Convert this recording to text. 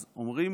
אז אומרים